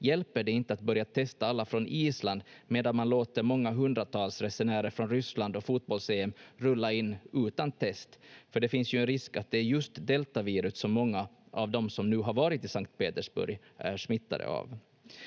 hjälper det inte att börja testa alla från Island medan man låter många hundratals resenärer från Ryssland och fotbolls-EM rulla in utan test, för det finns ju en risk att det är just deltavirus som många av de som nu har varit i Sankt Petersburg är smittade av.